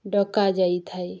ଡକା ଯାଇଥାଏ